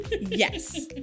Yes